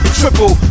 triple